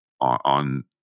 on